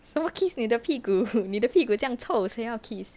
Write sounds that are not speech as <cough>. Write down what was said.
什么 kiss 你的屁股 <laughs> 你的屁股这样臭谁要 kiss